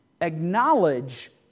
acknowledge